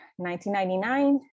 1999